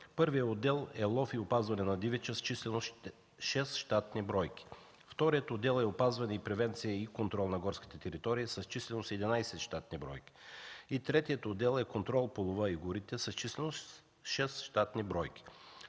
Първият отдел е „Лов и опазване на дивеча” с численост 6 щатни бройки, вторият отдел е „Опазване, превенция и контрол на горските територии” с численост 11 щатни бройки и третият отдел е „Контрол по лова и горите” с численост 6 щатни бройки.